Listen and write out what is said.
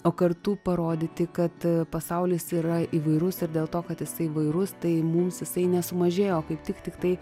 o kartu parodyti kad pasaulis yra įvairus ir dėl to kad jisai įvairus tai mums jisai nesumažėja o kaip tik tiktai